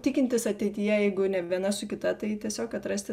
tikintis ateityje jeigu ne viena su kita tai tiesiog atrasti